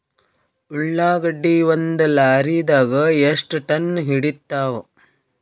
ಉಳ್ಳಾಗಡ್ಡಿ ಒಂದ ಲಾರಿದಾಗ ಎಷ್ಟ ಟನ್ ಹಿಡಿತ್ತಾವ?